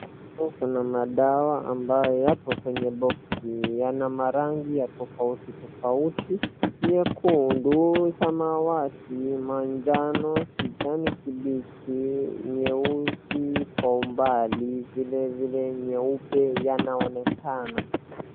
Kuna madawa ambayo yapo kwenye box . Yana marangi ya tofauti tofauti:nyekundu, samawati, manjano, kijani kibichi, nyeusi kwa umbali. Vilevile meupe yanaonekana.